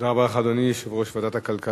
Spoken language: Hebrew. תודה רבה לך, אדוני יושב-ראש ועדת הכלכלה.